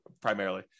primarily